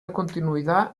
continuidad